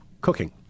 cooking